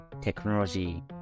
technology